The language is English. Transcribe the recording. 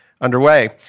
underway